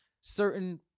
certain